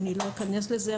אני לא אכנס לזה,